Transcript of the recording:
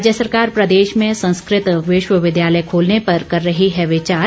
राज्य सरकार प्रदेश में संस्कृत विश्वविद्यालय खोलने पर कर रही है विचार